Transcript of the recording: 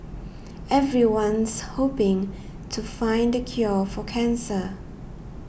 everyone's hoping to find the cure for cancer